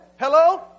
Hello